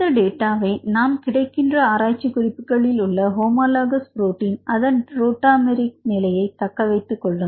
இந்த டேட்டாவை நாம் கிடைக்கின்ற ஆராய்ச்சிக் குறிப்புகளில் உள்ள ஹோமோலோகாஸ் புரோடீன் அதன் ரோட்டா மெரிட் நிலையை தக்க வைத்து கொள்ளும்